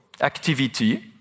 activity